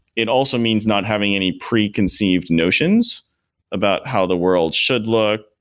it also means not having any preconceived notions about how the world should look,